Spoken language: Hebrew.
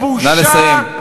דב חנין, נא לסיים.